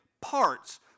parts